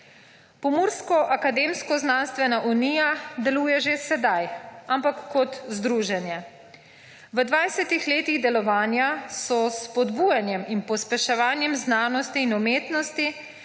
Pomurska akademsko-znanstvena unija deluje že sedaj, ampak kot združenje. V 20 letih delovanja so s spodbujanjem in pospeševanjem znanosti in umetnosti